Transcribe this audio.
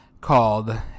Called